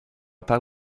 par